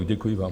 Děkuji vám.